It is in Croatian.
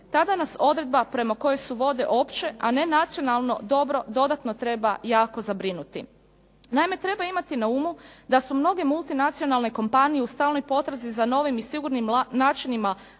tada nas odredba prema kojoj su vode opće, a ne nacionalno dobro dodatno treba jako zabrinuti. Naime, treba imati na umu da su mnoge multinacionalne kompanije u stalnoj potrazi za novim i sigurnim načinima